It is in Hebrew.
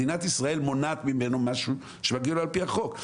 מדינת ישראל מונעת ממנו משהו שמגיע לו על פי החוק.